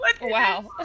Wow